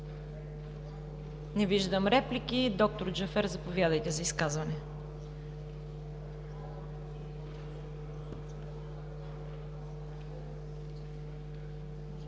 Не виждам. Доктор Джафер, заповядайте за изказване.